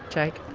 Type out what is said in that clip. jake,